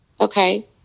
Okay